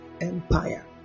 empire